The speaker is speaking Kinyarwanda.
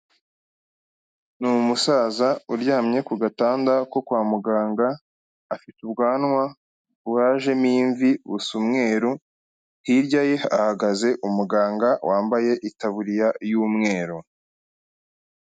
Ni musaza uryamye ku gatanda ko kwa muganga, afite ubwanwa bwajemo imvi busa umweru, hirya ye hahagaze umuganga wambaye itaburiya y'umweru.